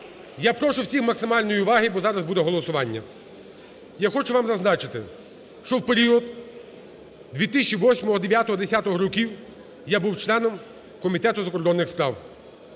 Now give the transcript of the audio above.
Я прошу всім максимальної уваги, бо зараз буде голосування. Я хочу вам зазначити, що в період 2008, 2009, 2010 років я був членом Комітету закордонних справах.